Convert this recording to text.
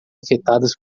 afetadas